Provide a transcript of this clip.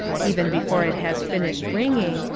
even before it has finished ringing,